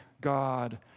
God